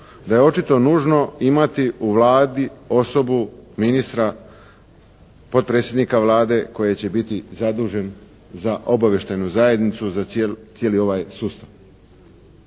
da je očito nužno imati u Vladi osobu, ministra, potpredsjednika Vlade koji će biti zadužen za Obavještajnu zajednicu, za cijeli ovaj sustav.